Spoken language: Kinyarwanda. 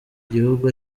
gihugu